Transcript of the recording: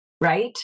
right